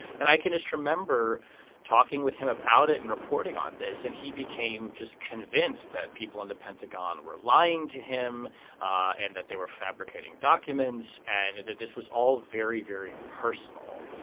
and i can just remember talking with him about it and reporting on this and he became just convinced that people in the pentagon were lying to him ah and that they were fabricating documents and that this was all very very personal.